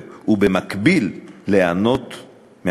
ובמקביל ליהנות מהקצבה.